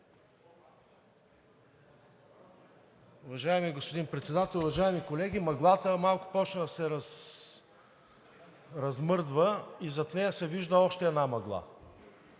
Уважаеми господин Председател, уважаеми колеги! Мъглата малко започна да се размърдва и зад нея се вижда още една мъгла.